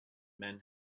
men